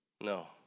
No